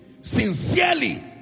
sincerely